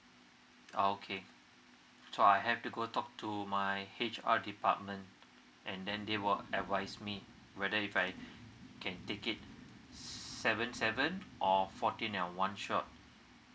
oh okay so I have to go talk to my H_R department and then they will advise me whether if I can take it seven seven or fourteen in one shot